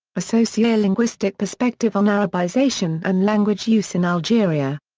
a sociolinguistic perspective on arabisation and language use in algeria.